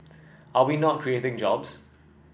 are we not creating jobs